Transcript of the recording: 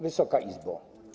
Wysoka Izbo!